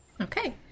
Okay